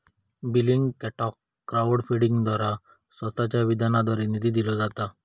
बेलिंगकॅटाक क्राउड फंडिंगद्वारा स्वतःच्या विधानाद्वारे निधी दिलो जाता